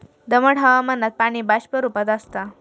दमट हवामानात पाणी बाष्प रूपात आसता